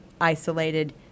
isolated